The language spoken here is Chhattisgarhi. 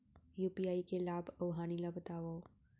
यू.पी.आई के लाभ अऊ हानि ला बतावव